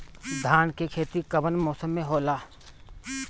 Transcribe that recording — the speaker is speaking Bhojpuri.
धान के खेती कवन मौसम में होला?